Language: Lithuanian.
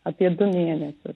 apie du mėnesius